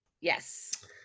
Yes